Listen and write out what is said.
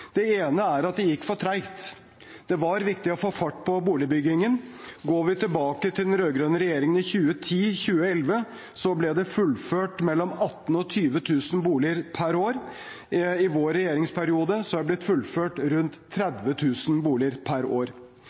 ene er at det gikk for tregt. Det var viktig å få fart på boligbyggingen. Går vi tilbake til den rød-grønne regjeringen i 2010–2011, ble det fullført mellom 18 000 og 20 000 boliger per år. I vår regjeringsperiode er det blitt fullført rundt 30 000 boliger per år.